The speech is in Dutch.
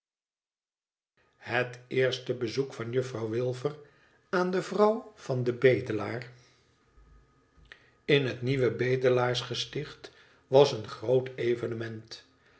het eerste bezoek van juffrouw wilfer aan de vrou an den bedelaar in het nieuwe bedelaarsgesticht was een groot evenement